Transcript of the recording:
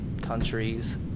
countries